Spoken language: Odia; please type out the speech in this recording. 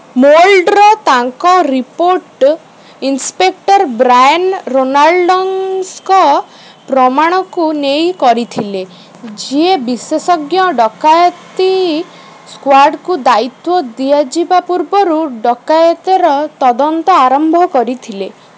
ମୋଲ୍ଡର ତାଙ୍କ ରିପୋର୍ଟ ଇନ୍ସପେକ୍ଟର୍ ବ୍ରାଏନ୍ ରେନୋଲ୍ଡଙ୍ଗ୍ସଙ୍କ ପ୍ରମାଣକୁ ନେଇ କରିଥିଲେ ଯିଏ ବିଶେଷଜ୍ଞ ଡ଼କାୟତି ସ୍କ୍ୱାଡ୍କୁ ଦାୟିତ୍ୱ ଦିଆଯିବା ପୂର୍ବରୁ ଡ଼କାୟତିର ତଦନ୍ତ ଆରମ୍ଭ କରିଥିଲେ